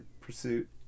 pursuit